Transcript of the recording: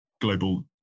global